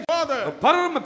Father